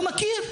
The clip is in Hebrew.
אתה לא מכיר?